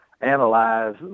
analyze